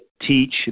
teach